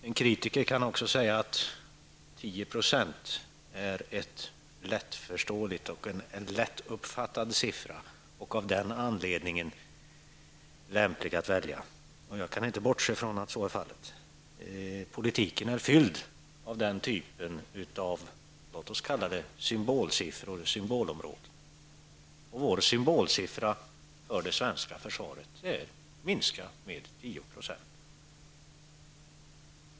En kritiker kan också säga att 10 % är en lättförståelig och lättuppfattad siffra och av den anledningen lämplig att välja. Jag kan inte bortse från att så är fallet. Politiken är fylld av den typen av s.k. symbolsiffror, symbolområden. Vår symbolsiffra för det svenska försvaret är en minskning med 10 %.